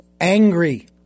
angry